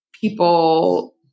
people